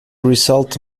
result